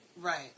Right